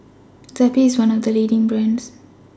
Zappy IS one of The leading brands